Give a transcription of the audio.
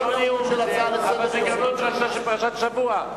זה לא נאום, אבל זו גם לא דרשה של פרשת השבוע.